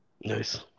nice